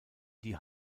die